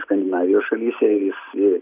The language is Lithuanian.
skandinavijos šalyse visi